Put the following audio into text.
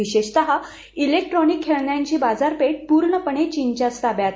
विशेषत इलेक्ट्रॉनिक खेळण्यांची बाजारपेठ पुर्णपणे चीनच्याच ताब्यात